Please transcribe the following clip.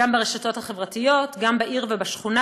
גם ברשתות החברתיות, גם בעיר ובשכונה.